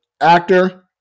actor